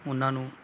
ਉਹਨਾਂ ਨੂੰ